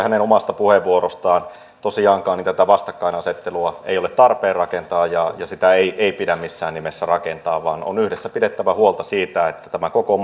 hänen omasta puheenvuorostaan tosiaankaan tätä vastakkainasettelua ei ole tarpeen rakentaa ja sitä ei ei pidä missään nimessä rakentaa vaan on yhdessä pidettävä huolta siitä että tämä koko